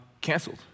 canceled